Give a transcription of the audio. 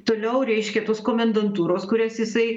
toliau reiškia tos komendantūros kurias jisai